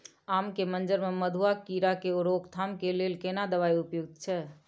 आम के मंजर में मधुआ कीरा के रोकथाम के लेल केना दवाई उपयुक्त छै?